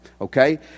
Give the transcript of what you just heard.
okay